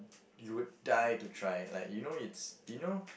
you would die to try like you know it's you know